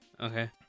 Okay